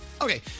Okay